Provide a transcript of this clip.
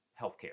healthcare